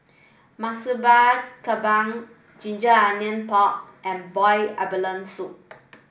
Murtabak Kambing Ginger Onions Pork and Boiled Abalone Soup